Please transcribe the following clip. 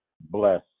bless